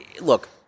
look